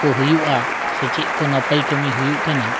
ᱠᱚ ᱦᱩᱭᱩᱜᱼᱟ ᱥᱮ ᱪᱮᱫ ᱠᱚ ᱱᱟᱯᱟᱹᱭ ᱠᱟᱹᱢᱤ ᱦᱩᱭᱩᱜ ᱠᱟᱱᱟ